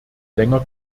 länger